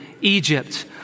Egypt